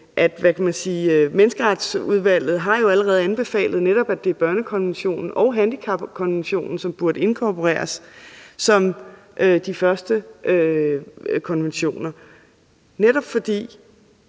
Menneskeretsudvalget jo allerede har anbefalet, at det er netop børnekonventionen og handicapkonventionen, som burde inkorporeres som de første konventioner, fordi